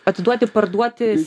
atiduoti parduoti